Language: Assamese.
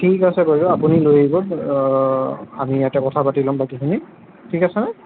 ঠিক আছে বাইদেউ আপুনি লৈ আহিব আমি ইয়াতে কথা পাতি ল'ম বাকীখিনি ঠিক আছেনে